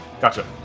Gotcha